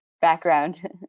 background